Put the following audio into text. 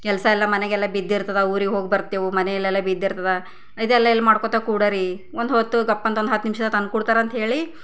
ಕೆಲಸ ಎಲ್ಲ ಮನೆಗೆಲ್ಲ ಬಿದ್ದಿರ್ತದೆ ಊರಿಗೆ ಹೋಗಿ ಬರ್ತೆವು ಮನೆಲ್ಲೆಲ್ಲ ಬಿದ್ದಿರ್ತದೆ ಇದೆಲ್ಲ ಎಲ್ಲಿ ಮಾಡ್ಕೋತಾ ಕೂಡರಿ ಒಂದು ಹೊತ್ತು ಗಪ್ ಅಂತ ಒಂದು ಹತ್ತು ನಿಮಿಷದಾಗ ತಂದು ಕೊಡ್ತಾರಂತ್ಹೇಳಿ